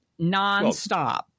nonstop